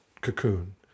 cocoon